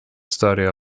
study